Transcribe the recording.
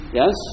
yes